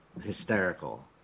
hysterical